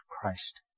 Christ